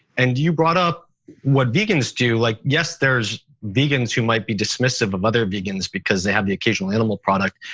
and you brought up what vegans do, like yes, there's vegans who might be dismissive of other vegans because they have the occasional animal product,